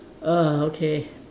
ah okay